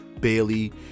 Bailey